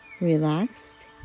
relaxed